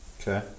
Okay